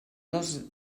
dos